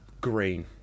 Green